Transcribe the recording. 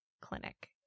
clinic